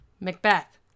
Macbeth